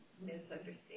Misunderstanding